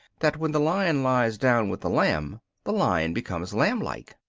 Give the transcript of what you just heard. that when the lion lies down with the lamb the lion becomes lamb-like.